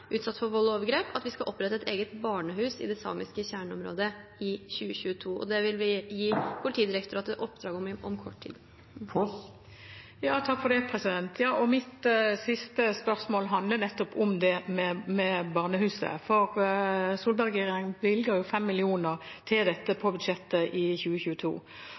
utsatt for vold og overgrep, at vi skal opprette et eget barnehus i det samiske kjerneområdet i 2022. Det vil vi gi Politidirektoratet oppdrag om om kort tid. Mitt siste spørsmål handler nettopp om det med barnehuset, for Solberg-regjeringen bevilget 5 mill. kr til dette på budsjettet i 2022.